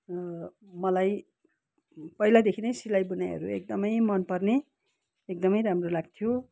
मलाई पहिलादेखि नै सिलाइ बुनाइहरू एकदमै मनपर्ने एकदमै राम्रो लाग्थ्यो